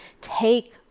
Take